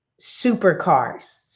supercars